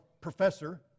professor